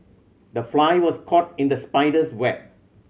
the fly was caught in the spider's web